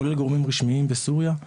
כולל גורמים רשמיים בסוריה.